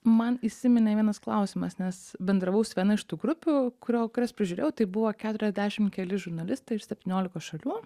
man įsiminė vienas klausimas nes bendravau su viena iš tų grupių kurio kurias prižiūrėjau tai buvo keturiasdešim keli žurnalistai iš septyniolikos šalių